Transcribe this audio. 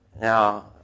Now